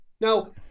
Now